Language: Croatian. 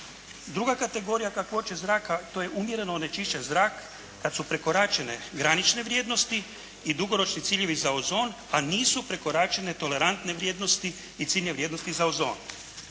Druga kategorija kakvoće zraka to je umjereno onečišćen zrak kad su prekoračene granične vrijednosti i dugoročni ciljevi za ozon, a nisu prekoračene tolerantne vrijednosti i ciljne vrijednosti za ozon.